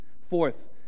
fourth